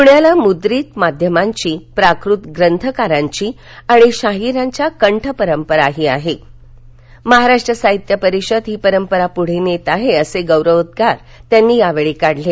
पुण्याला मुद्रित माध्यमांची प्राकृत ग्रंथकारांची आणि शाहिरांची कंठ परंपराही आहे महाराष्ट्र साहित्य परिषद ही परंपरा पुढे नेत आहे असे गौरवोद्गार त्यांनी काढले